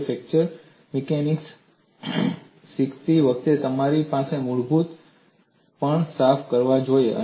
કારણ કે શીખતી વખતે તમારે તમારા મૂળભૂત પણ સાફ કરવા જોઈએ